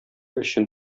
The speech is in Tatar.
өчен